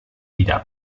wieder